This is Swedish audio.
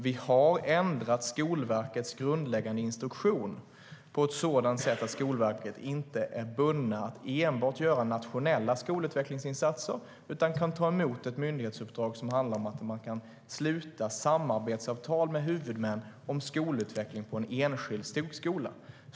Vi har ändrat Skolverkets grundläggande instruktion på ett sådant sätt att Skolverket inte är bundet att göra enbart nationella skolutvecklingsinsatser utan också kan ta emot ett myndighetsuppdrag som handlar om att man kan sluta samarbetsavtal med huvudmän om skolutveckling på en enskild skola.